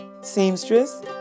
seamstress